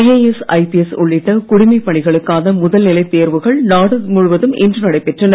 IS IPS உள்ளிட்ட குடிமைப் பணிகளுக்கான முதல்நிலை தேர்வுகள் நாடு முழுவதும் இன்று நடைபெற்றன